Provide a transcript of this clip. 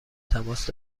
تماس